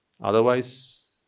otherwise